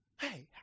Hey